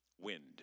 wind